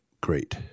great